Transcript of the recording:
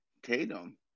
Tatum